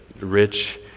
rich